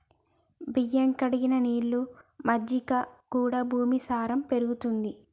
బియ్యం కడిగిన నీళ్లు, మజ్జిగ కూడా భూమి సారం పెరుగుతది